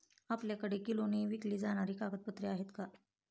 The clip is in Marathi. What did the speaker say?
आपल्याकडे किलोने विकली जाणारी कागदपत्रे आहेत का?